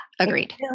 Agreed